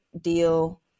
deal